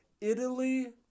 Italy